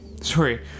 Sorry